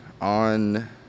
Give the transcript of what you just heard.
On